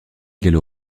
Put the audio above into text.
gallo